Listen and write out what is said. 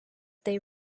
they